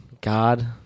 God